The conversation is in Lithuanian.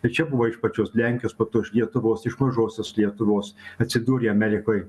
ir čia buvo iš pačios lenkijos po to iš lietuvos iš mažosios lietuvos atsidūrė amerikoj